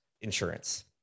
insurance